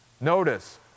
Notice